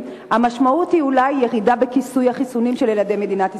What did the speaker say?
המשמעות תהיה אולי ירידה בכיסוי החיסונים של ילדי מדינת ישראל,